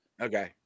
Okay